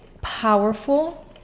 powerful